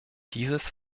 dieses